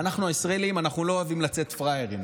אנחנו הישראלים לא אוהבים לצאת פראיירים,